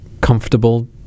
comfortable